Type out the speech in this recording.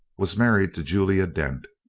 was married to julia dent.